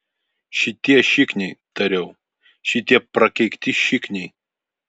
šitie šikniai tariau šitie prakeikti šikniai